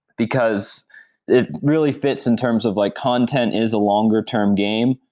because it really fits in terms of like content is a longer-term game.